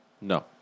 No